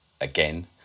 again